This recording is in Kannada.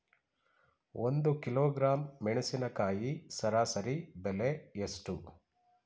ಒಂದು ಕಿಲೋಗ್ರಾಂ ಮೆಣಸಿನಕಾಯಿ ಸರಾಸರಿ ಬೆಲೆ ಎಷ್ಟು?